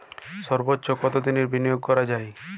সর্বোচ্চ কতোদিনের বিনিয়োগ করা যায়?